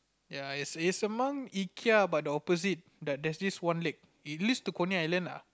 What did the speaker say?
ya it's it's among Ikea but the opposite there there's this one lake it leads to Coney-Island lah